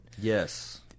Yes